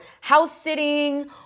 house-sitting